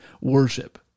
worship